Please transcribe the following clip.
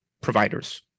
providers